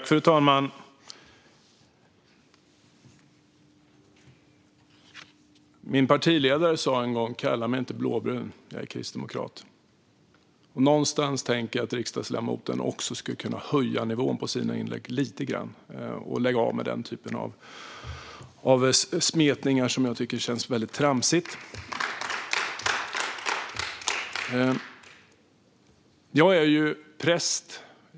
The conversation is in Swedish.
Fru talman! Min partiledare sa en gång: Kalla mig inte blåbrun - jag är kristdemokrat. Jag tänker att riksdagsledamoten skulle kunna höja nivån på sina inlägg lite grann och lägga av med den typen av smetningar, som känns väldigt tramsiga. Jag är präst.